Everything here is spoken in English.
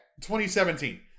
2017